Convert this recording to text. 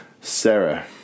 Sarah